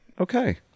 Okay